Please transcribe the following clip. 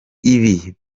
ibi